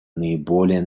наиболее